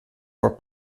were